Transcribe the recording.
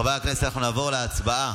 חברי הכנסת, אנחנו נעבור להצבעה.